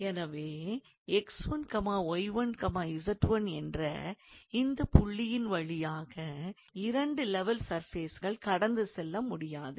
எனவே 𝑥1𝑦1𝑧1 என்ற இந்தப்புள்ளியின் வழியாக இரண்டு லெவல் சர்ஃபேஸ்கள் கடந்து செல்ல முடியாது